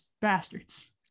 bastards